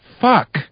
fuck